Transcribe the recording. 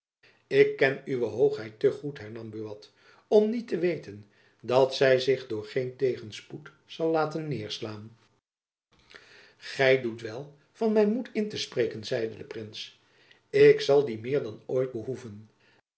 ik ken uwe hoogheid te goed hernam buat om niet te weten dat zy zich door geen tegenspoed zal laten neêrslaan gy doet wel van my moed in te spreken zeide de prins ik zal dien meer dan ooit behoeven